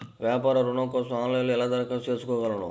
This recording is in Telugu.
వ్యాపార ఋణం కోసం ఆన్లైన్లో ఎలా దరఖాస్తు చేసుకోగలను?